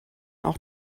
auch